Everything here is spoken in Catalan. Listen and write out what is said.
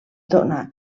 dóna